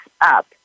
up